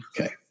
Okay